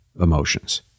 emotions